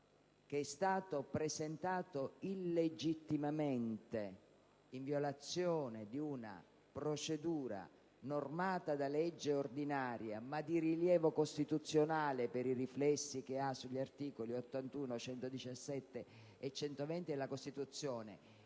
che è stato presentato illegittimamente, in violazione di una procedura normata da legge ordinaria, ma di rilievo costituzionale per i suoi riflessi sugli articoli 81, 117 e 120 della Costituzione),